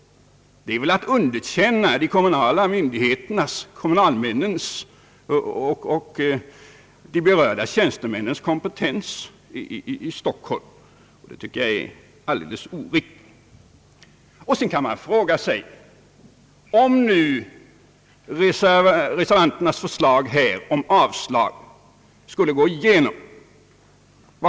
Det är väl dessutom att underkänna de kommunala myndigheternas, kommunalmännens och de berörda tjänstemännens kompetens i Stockholm. Det tycker jag är oriktigt. Sedan kan man fråga sig vad som kommer att hända om reservanternas förslag om avslag går igenom.